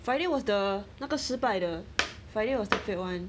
friday was the 那个失败的 friday was the failed one